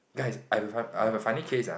guys I have a fun I have a funny case ah